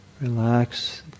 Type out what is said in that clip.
relax